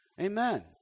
Amen